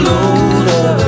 older